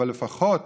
אבל לפחות